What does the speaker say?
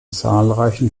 zahlreichen